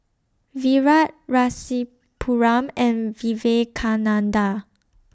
Virat Rasipuram and Vivekananda